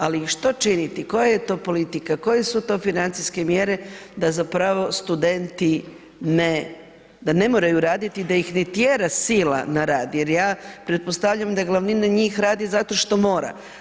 Ali što činiti, koja je to politika, koje su to financijske mjere da zapravo studenti ne, da ne moraju raditi, da ih ne tjera sila na rad, jer ja pretpostavljam da glavnina njih radi zato što mora.